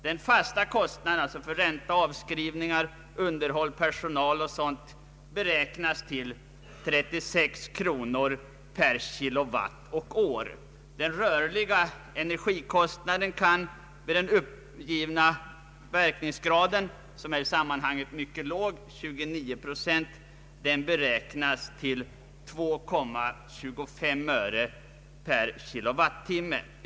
Den fasta kostnaden för ränta, avskrivningar, underhåll, personal osv. beräknas till 36 kronor per kilowatt och år. Den rörliga energikostnaden kan vid den uppgivna verkningsgraden, som är i sammanhanget mycket låg — 29 procent — beräknas till 2,25 öre per kilowattimme.